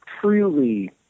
truly